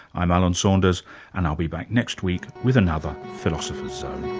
i'm alan saunders and i'll be back next week with another philosopher's zone